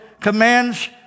commands